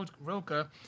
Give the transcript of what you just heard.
Roca